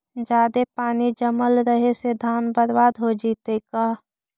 जादे पानी जमल रहे से धान बर्बाद हो जितै का?